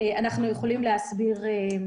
לסיכום,